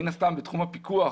מן הסתם בתחום הפיקוח,